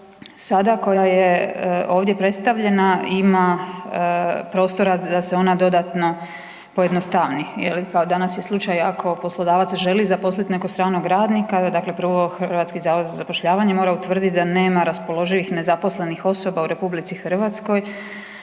sada koja je ovdje predstavljena, ima prostora da se ona dodatno pojednostavni. Jer, kao danas je slučaj, ako poslodavac želi zaposliti nekog stranog radnika, dakle prvo Hrvatski zavod za zapošljavanje mora utvrditi da nema raspoloživih nezaposlenih osoba u RH i nisu